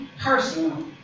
personal